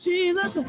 Jesus